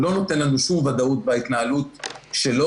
לא נותן לנו שום ודאות בהתנהלות שלו,